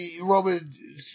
Roman